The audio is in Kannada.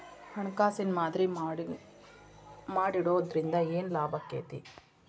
ಹಣ್ಕಾಸಿನ್ ಮಾದರಿ ಮಾಡಿಡೊದ್ರಿಂದಾ ಏನ್ ಲಾಭಾಕ್ಕೇತಿ?